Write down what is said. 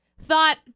thought